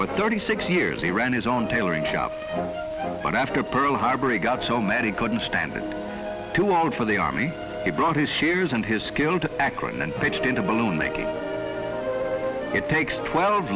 for thirty six years he ran his own tailoring shop but after pearl harbor he got so mad he couldn't stand to out for the army he brought his shearers and his skill to akron and pitched in a balloon making it takes twelve